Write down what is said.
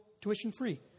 tuition-free